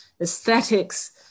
aesthetics